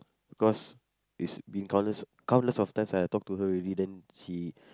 cause it's been countless countless of times I talk to her already then she